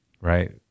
Right